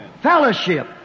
Fellowship